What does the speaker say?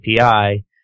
API